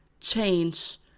change